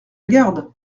garde